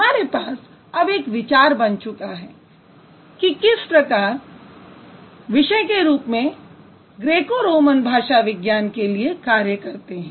हमारे पास अब एक विचार बन चुका है कि किस प्रकार विषय के रूप में ग्रेको रोमन भाषा विज्ञान के लिए कार्य करते हैं